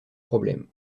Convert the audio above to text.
problèmes